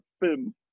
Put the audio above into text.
film